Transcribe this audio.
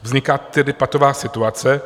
Vznikla tedy patová situace.